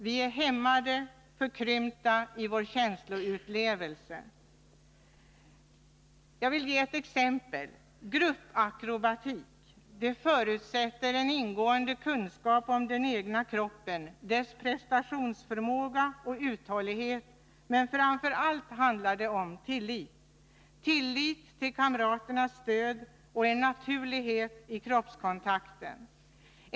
Vi är hämmade, förkrympta i vår känsloutlevelse. Jag vill ge ett exempel. Gruppakrobatik förutsätter en ingående kunskap om den egna kroppen, dess prestationsförmåga och uthållighet, men framför allt handlar det om tillit — tillit till kamraternas stöd — och en naturlighet i kroppskontakten.